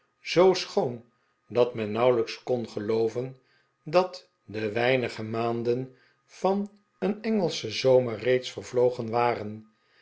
zoo schoon dat men nauwelijks kon gelooven dat de weinige maanden van een engelschen zoirier reeds vervlogen waren